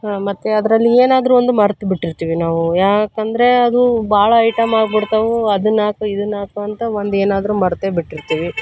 ಹಾಂ ಮತ್ತು ಅದರಲ್ಲಿ ಏನಾದರೂ ಒಂದು ಮರ್ತು ಬಿಟ್ಟಿರ್ತೀವಿ ನಾವು ಯಾಕಂದರೆ ಅದು ಭಾಳ ಐಟಮ್ ಆಗ್ಬಿಡ್ತಾವೆ ಅದನ್ನ ಹಾಕು ಇದನ್ನ ಹಾಕು ಅಂತ ಒಂದು ಏನಾದರೂ ಮರೆತೇ ಬಿಟ್ಟಿರ್ತೀವಿ